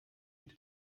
und